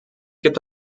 gibt